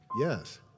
yes